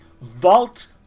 vault